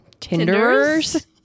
Tinders